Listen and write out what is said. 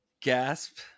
Gasp